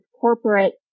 corporate